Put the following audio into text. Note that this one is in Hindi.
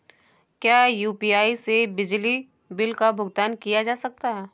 क्या यू.पी.आई से बिजली बिल का भुगतान किया जा सकता है?